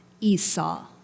Esau